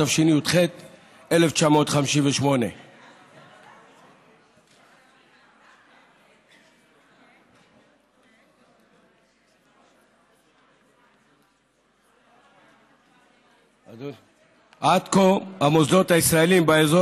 התשי"ח 1958. עד כה המוסדות הישראליים באזור